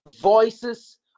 voices